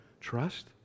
Trust